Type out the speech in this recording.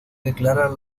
declarar